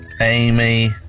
Amy